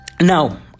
now